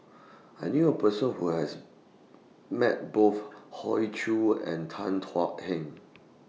I knew A Person Who has Met Both Hoey Choo and Tan Thuan Heng